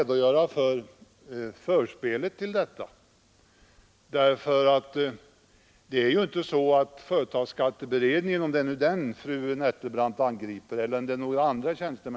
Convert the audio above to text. Det här skulle ni ha haft reda på tidigare.